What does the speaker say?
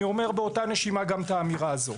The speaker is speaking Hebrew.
אני אומר באותה נשימה גם את האמירה הזו.